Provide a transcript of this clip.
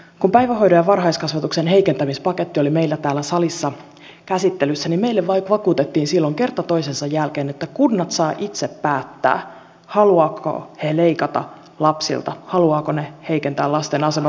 kun päivähoidon ja varhaiskasvatuksen heikentämispaketti oli meillä täällä salissa käsittelyssä niin meille vakuutettiin silloin kerta toisensa jälkeen että kunnat saavat itse päättää haluavatko ne leikata lapsilta haluavatko ne heikentää lasten asemaa omassa kunnassaan